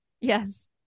yes